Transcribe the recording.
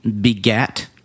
begat